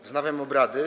Wznawiam obrady.